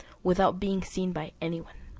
without being seen by any one.